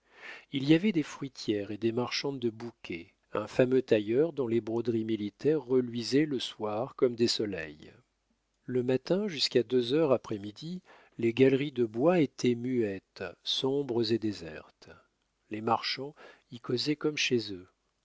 il y avait des fruitières et des marchandes de bouquets un fameux tailleur dont les broderies militaires reluisaient le soir comme des soleils le matin jusqu'à deux heures après midi les galeries de bois étaient muettes sombres et désertes les marchands y causaient comme chez eux